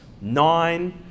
nine